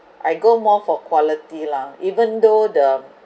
I go more for quality lah even though the